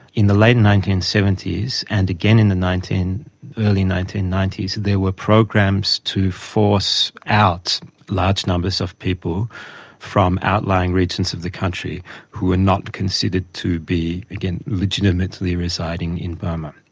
in the late and nineteen seventy s and again in the early nineteen ninety s, there were programs to force out large numbers of people from outlying regions of the country who were not considered to be, again, legitimately residing in burma.